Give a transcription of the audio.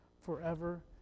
forever